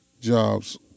jobs